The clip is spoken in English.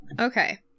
okay